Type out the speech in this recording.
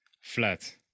flat